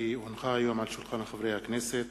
כי הונחה היום על שולחן הכנסת